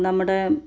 നമ്മുടെ